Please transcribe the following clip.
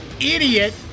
idiot